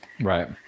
Right